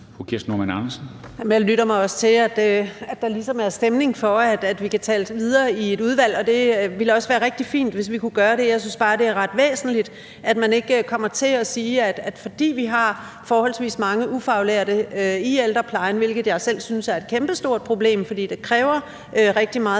lytter mig også til, at der ligesom er stemning for, at vi kan tale videre i et udvalg. Og det ville også være rigtig fint, hvis vi kunne gøre det. Jeg synes bare, det er ret væsentligt, at man ikke kommer til at sige, at fordi man har forholdsvis mange ufaglærte i ældreplejen – hvilket jeg selv synes er et kæmpestort problem, fordi det kræver rigtig meget